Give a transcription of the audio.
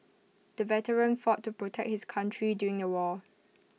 the veteran fought to protect his country during the war